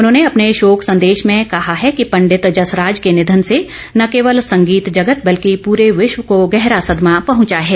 उन्होंने अपने शोक संदेश में कहा है कि पंडित जसराज के निधन से न केवल संगीत जगत बल्कि पूरे विश्व को गहरा सदमा पहुंचा है